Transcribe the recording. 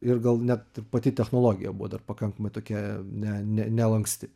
ir gal net pati technologija buvo dar pakankamai tokia ne ne nelanksti